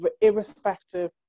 Irrespective